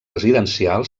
residencial